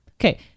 Okay